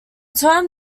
term